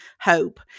hope